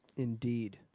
Indeed